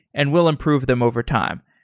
and we'll improve them overtime,